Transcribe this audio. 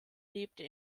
lebte